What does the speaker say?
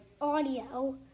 audio